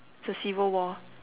to see world war